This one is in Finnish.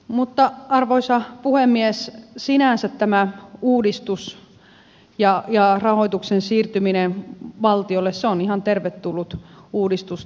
mutta arvoisa puhemies sinänsä tämä uudistus ja rahoituksen siirtyminen valtiolle on ihan tervetullut uudistus